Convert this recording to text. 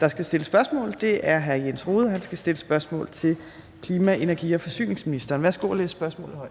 der skal stille spørgsmål, er hr. Jens Rohde. Han skal stille spørgsmål til klima-, energi- og forsyningsministeren. Kl. 14:59 Spm. nr.